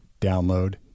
download